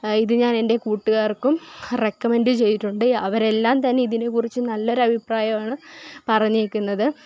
ഇത് ഞാന് എന്റെ കൂട്ടുകാര്ക്കും റെക്കമൻറ്റ് ചെയിതിട്ടുണ്ട് അവരെല്ലാം തന്നെ ഇതിനെക്കുറിച്ച് നല്ലൊരു അഭിപ്രായവാണ് പറഞ്ഞേക്കുന്നത്